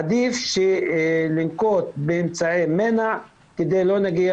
עדיף לנקוט באמצעי מנע כדי לא להגיע,